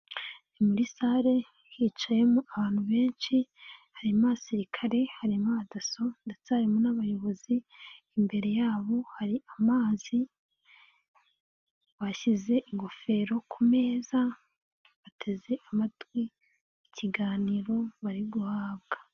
Ni muri sale hicayemo abantu benshi, harimo abasirikare, harimo dasso ndetse harimo n'abayobozi, imbere yabo hari amazi, bashyize ingofero ku meza bateze amatwi ikiganiro bari guhabwa.